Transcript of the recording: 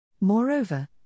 Moreover